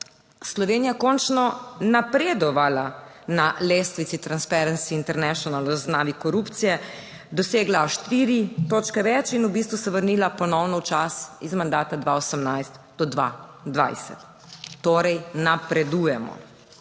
Slovenija končno napredovala na lestvici Transparency International zaznavi korupcije dosegla štiri točke več in v bistvu se vrnila ponovno v čas iz mandata 2018-2020. Torej napredujemo.